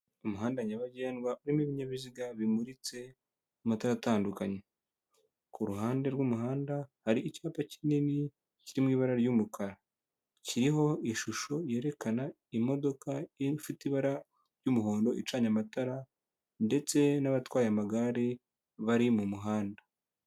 Umuhanda nyabagendwa urimo ibinyabiziga bimuritse amatara atandukanye, ku ruhande rw'umuhanda hari icyapa kinini kiri mu ibara ry'umukara, kiriho ishusho yerekana imodoka ifite ibara ry'umuhondo icanye amatara ndetse n'abatwaye amagare bari mu muhanda.